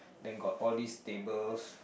then got all these tables